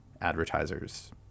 advertisers